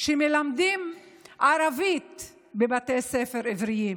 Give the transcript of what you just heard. שמלמדים ערבית בבתי ספר עבריים,